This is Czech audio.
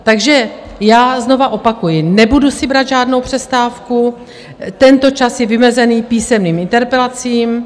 Takže já znova opakuji, nebudu si brát žádnou přestávku, tento čas je vymezený písemným interpelacím.